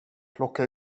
plocka